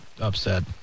upset